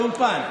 האולפן.